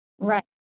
Right